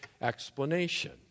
explanation